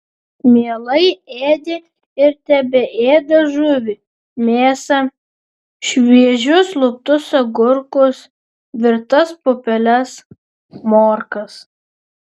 mielai ėdė ir tebeėda žuvį mėsą šviežius luptus agurkus virtas pupeles morkas